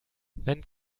wenn